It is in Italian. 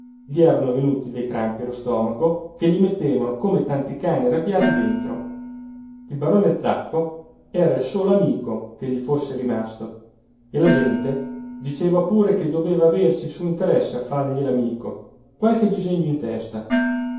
gli erano venuti dei crampi allo stomaco che gli mettevano come tanti cani arrabbiati dentro il barone zacco era il solo amico che gli fosse rimasto e la gente diceva pure che doveva averci il suo interesse a fargli l'amico qualche disegno in testa